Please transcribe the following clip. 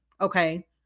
Okay